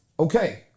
Okay